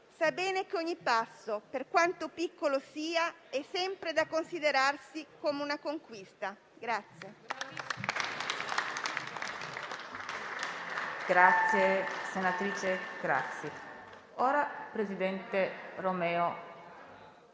sa bene che ogni passo, per quanto piccolo sia, è sempre da considerarsi come una conquista.